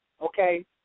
okay